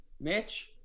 Mitch